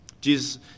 Jesus